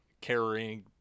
Carrying